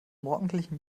morgendlichen